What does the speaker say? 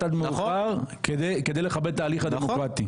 עד מאוחר כדי לכבד את ההליך הדמוקרטי.